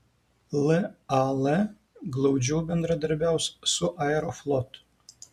lal glaudžiau bendradarbiaus su aeroflot